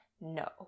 No